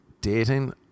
Dating